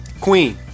Queen